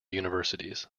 universities